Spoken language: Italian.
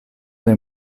dei